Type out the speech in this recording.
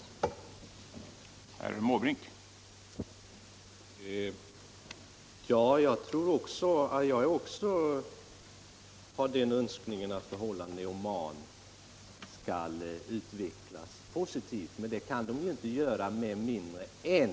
10 november 1976